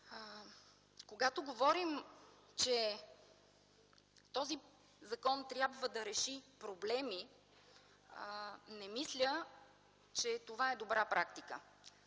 Когато говорим, че този закон трябва да реши проблеми, не мисля, че това е добра практика.